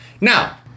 Now